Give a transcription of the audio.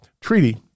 treaty